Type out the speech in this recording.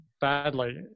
badly